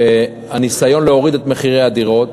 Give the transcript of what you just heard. הניסיון להוריד את מחירי הדירות